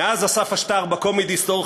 מאז אסף אשתר ב"קומדי סטור",